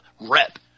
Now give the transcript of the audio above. rep